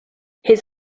his